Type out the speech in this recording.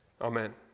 Amen